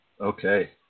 Okay